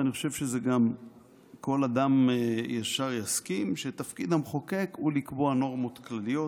ואני חושב שגם כל אדם ישר יסכים שתפקיד המחוקק הוא לקבוע נורמות כלליות,